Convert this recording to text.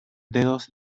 dedos